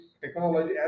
technology